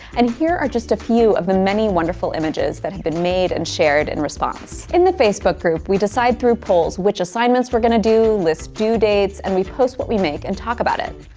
and here are just a few of the many wonderful images that have been made and shared shared in response. in the facebook group we decide through polls which assignments we're going to do, lists due dates, and we post what we make and talk about it.